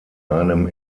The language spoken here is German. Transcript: einem